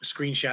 screenshot